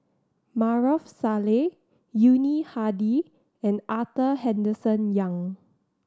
Maarof Salleh Yuni Hadi and Arthur Henderson Young